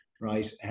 right